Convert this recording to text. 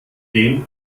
den